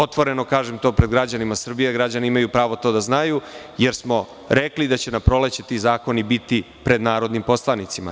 To otvoreno kažem pred građanima Srbije, građani imaju pravo da to znaju, jer smo rekli da će na proleće ti zakoni biti pred narodnim poslanicima.